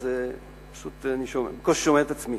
אבל אני בקושי שומע את עצמי.